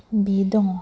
बियो दङ